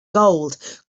gold